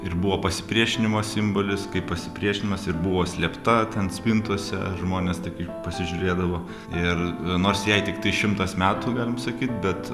ir buvo pasipriešinimo simbolis kaip pasipriešinimas ir buvo slėpta ten spintose žmonės tik pasižiūrėdavo ir nors jai tiktai šimtas metų galim sakyt bet